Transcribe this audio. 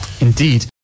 Indeed